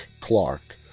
Clark